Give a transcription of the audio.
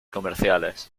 comerciales